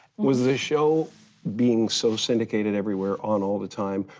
was the show being so syndicated everywhere on all the time,